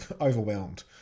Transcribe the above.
overwhelmed